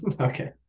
Okay